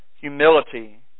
humility